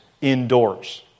indoors